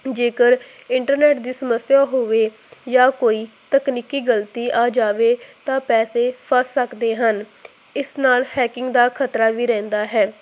ਜੇਕਰ ਇੰਟਰਨੈਟ ਦੀ ਸਮੱਸਿਆ ਹੋਵੇ ਜਾਂ ਕੋਈ ਤਕਨੀਕੀ ਗਲਤੀ ਆ ਜਾਵੇ ਤਾਂ ਪੈਸੇ ਫਸ ਸਕਦੇ ਹਨ ਇਸ ਨਾਲ ਹੈਕਿੰਗ ਦਾ ਖ਼ਤਰਾ ਵੀ ਰਹਿੰਦਾ ਹੈ